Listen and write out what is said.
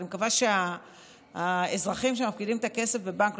אני מקווה שהאזרחים שמפקידים את הכסף בבנק,